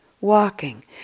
walking